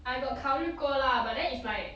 I got 考虑过 lah but then it's like